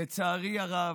לצערי הרב,